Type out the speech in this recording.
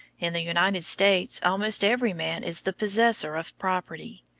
in the united states almost every man is the possessor of property.